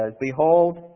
Behold